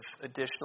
additional